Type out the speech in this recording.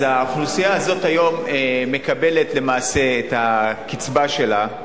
האוכלוסייה הזאת מקבלת היום את הקצבה שלה.